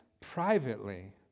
privately